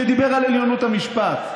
כשדיבר על עליונות המשפט.